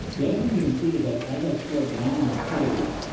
the other thing you can see is that as i scroll down on the page,